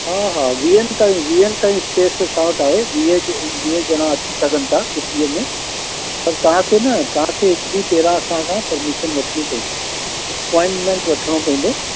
हा हा वीहनि ताईं वीहनि ताईं स्पेस असां वटि आहे वीह ज वीह ॼणा अची सघनि छुट्टीअ में पर तव्हांखे न तव्हांखे हिकु ॾींहं पहिरां असां सां परमिशन वठिणी पवंदी एपॉइंटमैंट वठिणो पवंदो